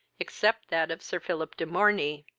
except that of sir philip de morney.